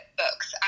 books